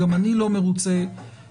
גם אני לא מרוצה מהקצב,